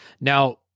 Now